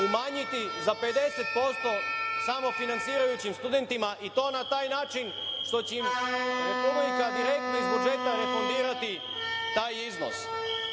umanjiti za 50% samofinansirajućim studentima i to na taj način što će im Republika direktno iz budžeta refundirati taj iznos.